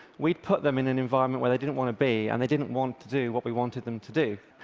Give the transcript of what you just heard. we'd put them in an environment where they didn't want to be, and they didn't want to do what we wanted them to do.